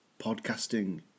podcasting